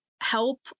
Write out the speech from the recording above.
help